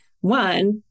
one